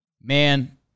Man